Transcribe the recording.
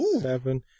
Seven